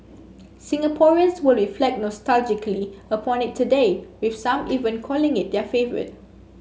Singaporeans will reflect nostalgically upon it today with some even calling it their favourite